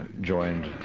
joined